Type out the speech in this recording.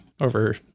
over